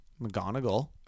McGonagall